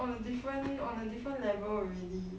on a different on a different level already